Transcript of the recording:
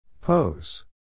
Pose